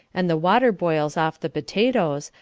and the water boils off the potatoes,